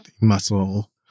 muscle